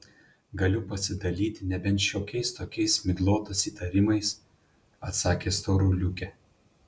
galiu pasidalyti nebent šiokiais tokiais miglotais įtarimais atsakė storuliuke